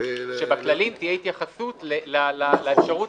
--- שבכללים תהיה התייחסות לאפשרות